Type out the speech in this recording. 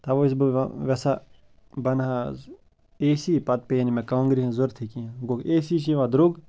تَوَے چھُس بہٕ وٮ۪ژھان بہٕ انہٕ حظ اے سی پَتہٕ پے نہٕ مےٚ کانٛگرِ ہِنٛز ضوٚرَتھٕے کیٚنٛہہ گوٚو اے سی چھِ یِوان درٛوگ